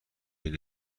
این